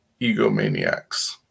egomaniacs